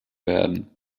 werden